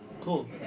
Cool